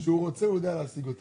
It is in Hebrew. אנחנו מצביעים על פניית